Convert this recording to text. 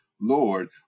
Lord